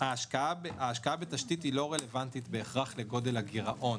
ההשקעה בתשתית היא לא רלוונטית בהכרח לגודל הגירעון.